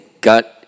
got